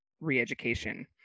re-education